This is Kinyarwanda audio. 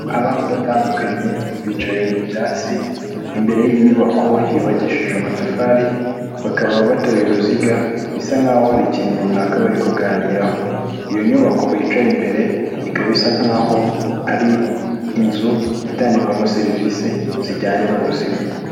Abantu batandukanye bicaye mu byatsi, imbere y'inyubako yubakishije amatafari, bakaba batoye uruziga, bisa nkaho hari ikintu runaka bari kuganiraho. Iyo nyubako bicaye imbere ikaba isa nkaho ari inzu itangirwamo serivise zijyanye n'ubuzima.